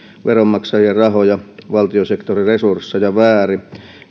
veronmaksajien rahoja valtiosektorin resursseja väärin